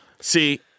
See